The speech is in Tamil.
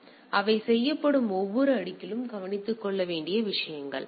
எனவே அவை செய்யப்படும் ஒவ்வொரு அடுக்கிலும் கவனித்துக் கொள்ள வேண்டிய விஷயங்கள்